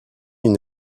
une